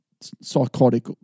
Psychotic